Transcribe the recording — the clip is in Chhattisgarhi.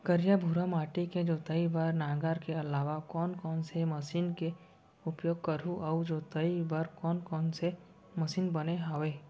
करिया, भुरवा माटी के जोताई बर नांगर के अलावा कोन कोन से मशीन के उपयोग करहुं अऊ जोताई बर कोन कोन से मशीन बने हावे?